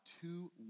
two